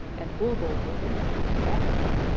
and bulbul within it, to africa.